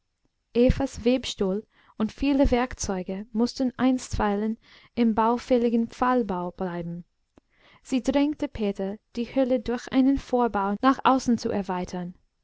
evas webstuhl und viele werkzeuge mußten einstweilen im baufälligen pfahlbau bleiben sie drängte peter die höhle durch einen vorbau nach außen zu erweitern